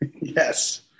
Yes